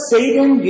Satan